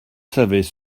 savais